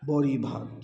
बड़ी भात